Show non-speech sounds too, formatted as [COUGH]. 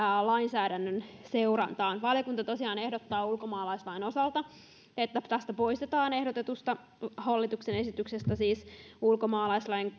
lainsäädännön seurantaan valiokunta tosiaan ehdottaa ulkomaalaislain osalta että tästä ehdotetusta hallituksen esityksestä poistetaan ulkomaalaislain [UNINTELLIGIBLE]